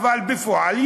אבל בפועל,